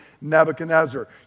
nebuchadnezzar